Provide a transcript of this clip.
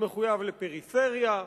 למחויב לפריפריה.